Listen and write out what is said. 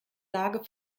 lage